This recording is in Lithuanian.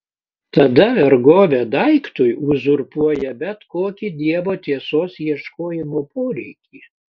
tada vergovė daiktui uzurpuoja bet kokį dievo tiesos ieškojimo poreikį